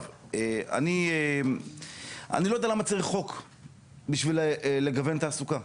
אני לא יודע למה צריך חוק בשביל לגוון תעסוקה.